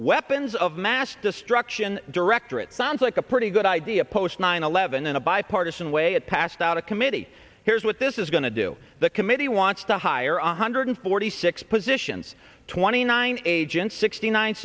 weapons of mass destruction directorate sounds like a pretty good idea post nine eleven in a bipartisan way it passed out of committee here's what this is going to do the committee wants to hire one hundred forty six positions twenty nine agents